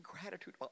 gratitude